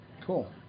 Cool